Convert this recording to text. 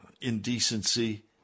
indecency